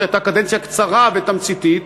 זו הייתה קדנציה קצרה ותמציתית,